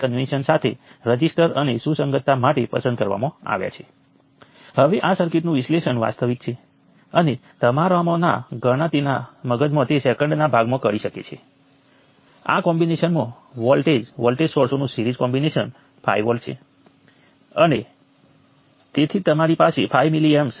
હવે સ્પષ્ટપણે એક સપાટી N 1 નોડ્સને આવરી લે છે બીજી સપાટી બાકીના નોડને આવરી લે છે